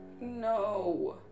No